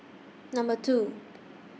Number two